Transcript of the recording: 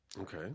Okay